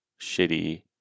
shitty